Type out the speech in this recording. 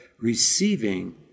receiving